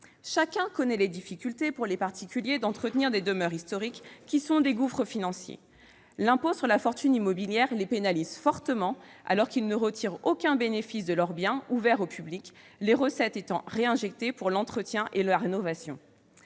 Chacun connaît les difficultés pour les particuliers d'entretenir des demeures historiques, qui sont des gouffres financiers. L'impôt sur la fortune immobilière les pénalise fortement alors qu'ils ne retirent aucun bénéfice de leur bien ouvert au public, les recettes étant réinjectées pour l'entretien et la rénovation.